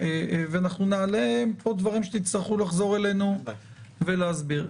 אנחנו נעלה פה דברים שתצטרכו לחזור אלינו ולהסביר.